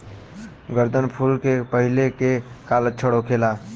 गर्दन फुले के पहिले के का लक्षण होला?